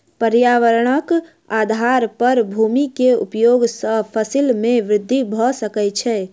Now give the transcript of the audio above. पर्यावरणक आधार पर भूमि के उपयोग सॅ फसिल में वृद्धि भ सकै छै